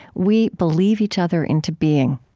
we believe each other into being.